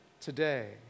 today